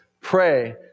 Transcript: pray